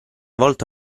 volta